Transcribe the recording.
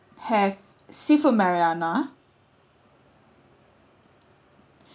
have seafood marinara